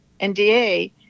NDA